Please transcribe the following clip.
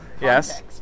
yes